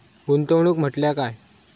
गुंतवणूक म्हटल्या काय?